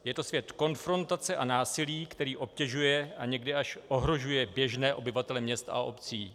Je to svět konfrontace a násilí, který obtěžuje a někdy až ohrožuje běžné obyvatele měst a obcí.